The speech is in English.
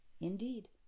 indeed